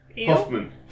Hoffman